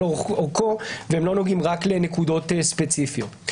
אורכו ולא נוגעים רק לנקודות ספציפיות.